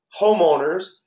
homeowners